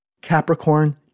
Capricorn